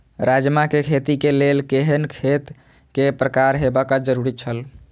राजमा के खेती के लेल केहेन खेत केय प्रकार होबाक जरुरी छल?